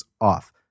off